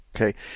Okay